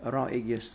around eight years